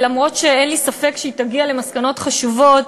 אף שאין לי ספק שהיא תגיע למסקנות חשובות,